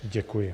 Děkuji.